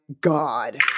God